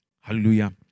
Hallelujah